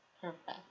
perfect